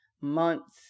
months